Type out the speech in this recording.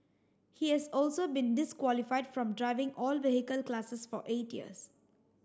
he has also been disqualified from driving all vehicle classes for eight years